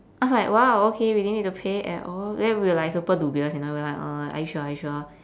I was like !wow! okay we didn't need to pay at all then we were like super dubious and all we like uh are you sure are you sure